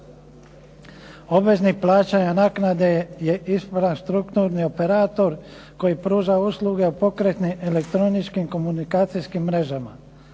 Obveznik plaćanja naknade je infrastrukturni operator koji pruža usluge pokretnim elektroničkim komunikacijskim mrežama.